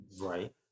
Right